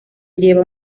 lleva